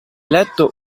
letto